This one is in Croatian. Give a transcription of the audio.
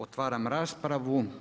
Otvaram raspravu.